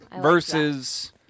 Versus